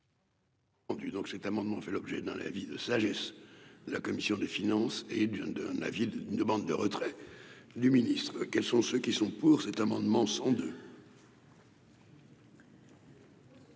Donc cet amendement fait l'objet dans la vie de sagesse, la commission des finances et du de la ville demande de retrait du ministre, quels sont ceux qui sont pour cet amendement 102.